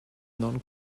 non